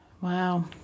wow